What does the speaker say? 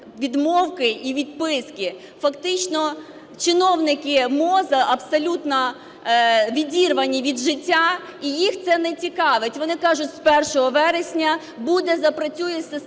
відмовки і відписки. Фактично чиновники МОЗ абсолютно відірвані від життя і їх це не цікавить, вони кажуть з 1 вересня запрацює система